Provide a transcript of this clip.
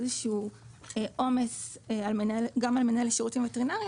איזה שהוא עומס גם על מנהל השירותים הווטרינריים